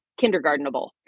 kindergartenable